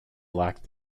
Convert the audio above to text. lacked